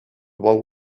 about